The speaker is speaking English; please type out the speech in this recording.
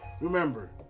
Remember